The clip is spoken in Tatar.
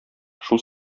шул